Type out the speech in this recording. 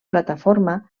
plataforma